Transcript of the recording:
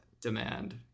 demand